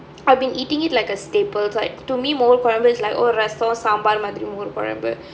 I've been eating it like a staple it's like to me மோர் கொழம்பு:mor kolambu is like oh ரசம் சாம்பார் மாதிரி மோர் கொழம்பு:rasam saambaar maathiri mor kolambu